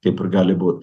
kaip ir gali būt